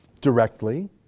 directly